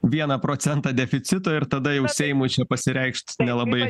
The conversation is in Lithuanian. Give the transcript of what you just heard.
vieną procentą deficito ir tada jau seimui čia pasireikšt nelabai